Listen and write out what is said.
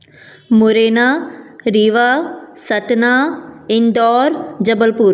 Morena Rewa Satna Indore Jabalpur